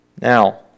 Now